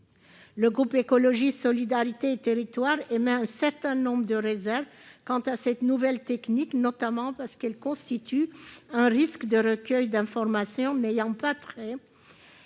Le groupe Écologiste - Solidarité et Territoires émet un certain nombre de réserves sur cette nouvelle technique, notamment parce qu'elle risque de conduire au recueil d'informations n'ayant pas